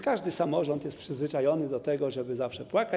Każdy samorząd jest przyzwyczajony do tego, żeby zawsze płakać.